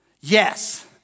Yes